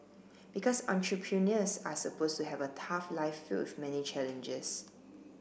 because entrepreneurs are supposed to have a tough life filled with many challenges